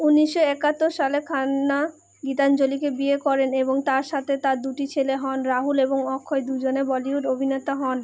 উনিশো একাত্তর সালে খান্না গীতাঞ্জলিকে বিয়ে করেন এবং তার সাথে তার দুটি ছেলে হন রাহুল এবং অক্ষয় দুজনে বলিউড অভিনেতা হন